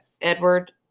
edward